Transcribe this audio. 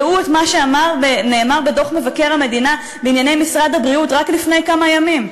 ראו מה שנאמר בדוח מבקר המדינה בענייני משרד הבריאות רק לפני כמה ימים,